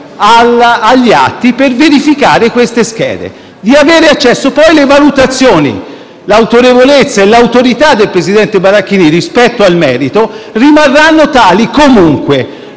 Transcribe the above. agli atti per verificare queste schede. Poi le valutazioni, l'autorevolezza e l'autorità del presidente Barachini, rispetto al merito, rimarranno tali comunque.